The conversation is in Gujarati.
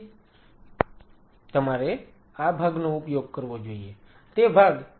તમારે આ ભાગનો ઉપયોગ કરવો જોઈએ